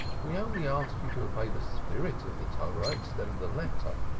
we only ask you to obey the spirit of the torah instead of the letter.